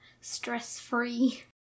stress-free